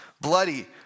Bloody